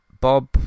Bob